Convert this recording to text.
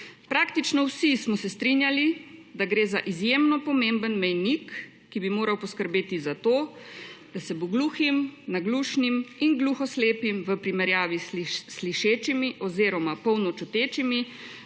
Praktično vsi smo se strinjali, da gre za izjemno pomemben mejnik, ki bi moral poskrbeti za to, da se bo gluhim, naglušnim in gluhoslepim v primerjavi s slišečimi oziroma polnočutečimi